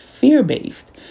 fear-based